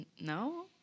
No